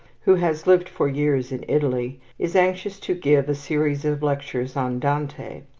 who has lived for years in italy, is anxious to give a series of lectures on dante.